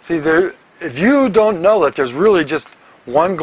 see there if you don't know that there's really just one